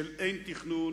של אין-תכנון